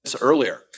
earlier